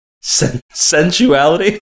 Sensuality